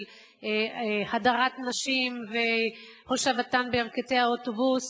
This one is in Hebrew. של הדרת נשים והושבתן בירכתי האוטובוס,